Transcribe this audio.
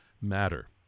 Matter